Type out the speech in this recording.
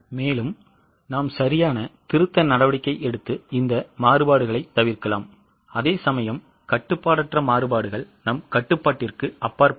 எனவே நாம் சரியான திருத்த நடவடிக்கை எடுத்து இந்த மாறுபாடுகளைத் தவிர்க்கலாம் அதேசமயம் கட்டுப்பாடற்ற மாறுபாடுகள் நம் கட்டுப்பாட்டிற்கு அப்பாற்பட்டவை